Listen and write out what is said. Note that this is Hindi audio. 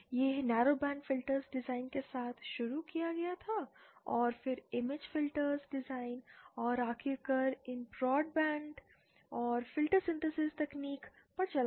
यह नैरो बैंड फिल्टर्स डिजाइन के साथ शुरू किया गया था और फिर इम्मेज फिल्टर्स डिजाइन और आखिरकार इन ब्रॉड बैंड और फिल्टर सिंथेसिस तकनीक पर चला गया